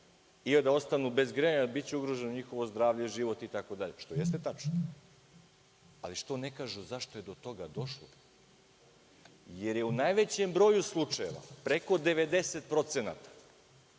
da ostanu bez grejanja, biće ugroženo njihovo zdravlje, život itd, što jeste tačno, ali što ne kažu zašto je do toga došlo, jer je u najvećem broju slučajeva, preko 90%,